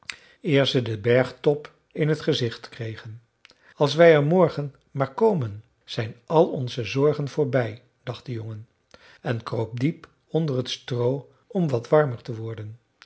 eer ze den bergtop in het gezicht kregen als wij er morgen maar komen zijn al onze zorgen voorbij dacht de jongen en kroop diep onder het stroo om wat warmer te worden